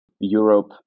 Europe